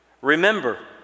Remember